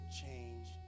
change